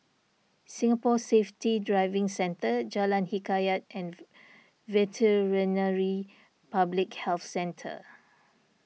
Singapore Safety Driving Centre Jalan Hikayat and Veterinary Public Health Centre